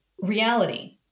reality